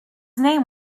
name